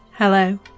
Hello